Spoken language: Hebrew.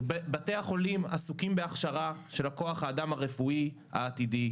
בתי החולים עסוקים בהכשרה של כוח האדם הרפואי העתידי,